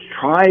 try